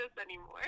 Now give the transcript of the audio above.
anymore